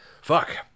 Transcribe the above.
Fuck